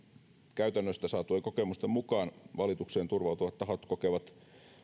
käytännöstä saatujen kokemusten mukaan valitukseen turvautuvat tahot kokevat